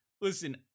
Listen